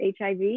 HIV